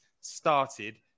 started